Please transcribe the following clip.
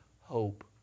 hope